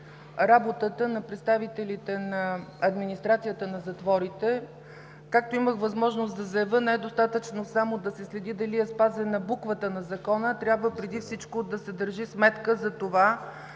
работата на представителите на администрацията на затворите. Както имах възможност да заявя, не е достатъчно само да се следи дали е спазена буквата на Закона, а трябва преди всичко да се държи сметка за това